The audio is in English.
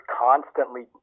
constantly